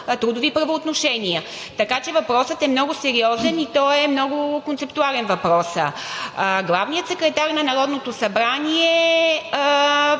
трудови правоотношения, така че въпросът е много сериозен, и много концептуален. Главният секретар на Народното събрание